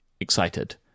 excited